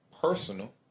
Personal